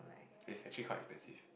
it's actually quite expensive